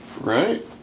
Right